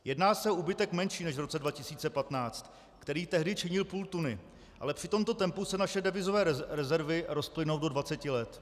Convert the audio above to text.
Jedná se o úbytek menší než v roce 2015, který tehdy činil půl tuny, ale při tomto tempu se naše devizové rezervy rozplynou do dvaceti let.